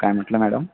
काय म्हटलं मॅडम